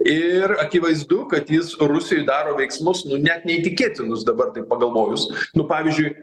ir akivaizdu kad jis rusijoj daro veiksmus net neįtikėtinus dabar taip pagalvojus nu pavyzdžiui